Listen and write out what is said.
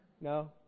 No